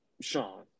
Sean